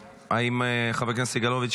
חבר הכנסת סגלוביץ',